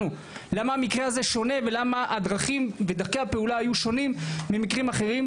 למה המקרה הזה שונה ולמה דרכי הפעולה היו שונים ממקרים אחרים,